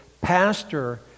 pastor